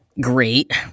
great